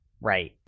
Right